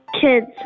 Kids